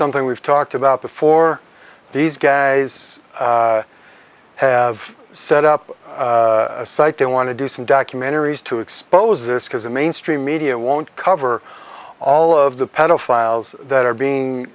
something we've talked about before these guys have set up a site they want to do some documentaries to expose this because the mainstream media won't cover all of the pedophiles that are being